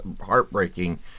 heartbreaking